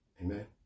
Amen